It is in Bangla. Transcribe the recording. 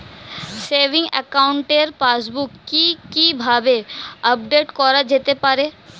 সেভিংস একাউন্টের পাসবুক কি কিভাবে আপডেট করা যেতে পারে?